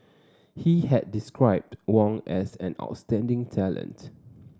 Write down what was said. he had described Wang as an outstanding talent